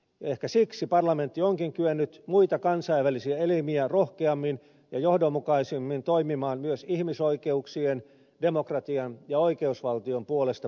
ehkä siksi parlamentti onkin kyennyt muita kansainvälisiä elimiä rohkeammin ja johdonmukaisemmin toimimaan myös ihmisoikeuksien demokratian ja oikeusvaltion puolestapuhujana